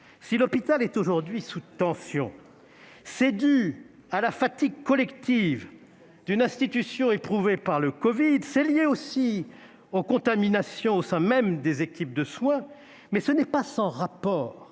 Si l'hôpital est aujourd'hui sous tension, c'est dû à la fatigue collective d'une institution éprouvée par le covid ; c'est lié aussi aux contaminations au sein même des équipes de soins, mais ce n'est pas sans rapport